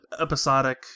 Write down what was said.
episodic